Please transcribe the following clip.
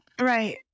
Right